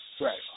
Right